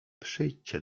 przyjdźcie